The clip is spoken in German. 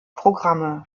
programme